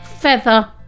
feather